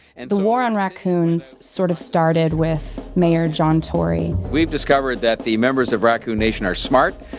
and the war on raccoons sort of started with mayor john tory we've discovered that the members of raccoon nation are smart,